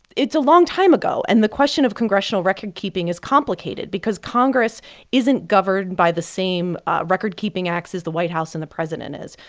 it's a long time ago, and the question of congressional record keeping is complicated because congress isn't governed by the same record keeping acts as the white house and the president is.